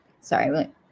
sorry